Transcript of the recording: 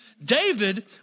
David